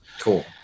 Cool